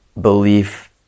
belief